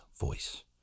voice